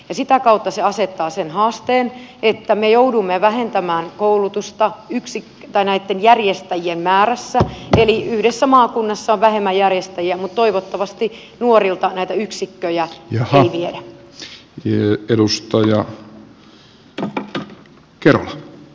sitä kautta se asettaa sen haasteen että me joudumme vähentämään koulutusta järjestäjien määrässä eli yhdessä maakunnassa on vähemmän järjestäjiä mutta toivottavasti nuorilta näitä yksikköjä ei viedä